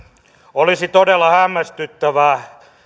olisi todella hämmästyttävää